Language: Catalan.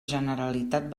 generalitat